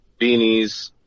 beanies